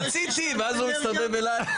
רציתי ואז הוא מסתובב אליי,